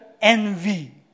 envy